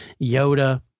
Yoda